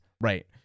right